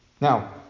Now